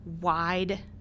wide